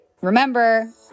remember